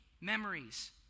memories